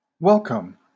Welcome